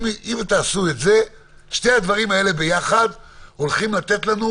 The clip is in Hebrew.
שני הדברים האלה יתנו לנו